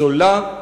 זולה,